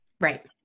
right